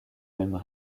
mêmes